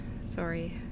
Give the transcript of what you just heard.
Sorry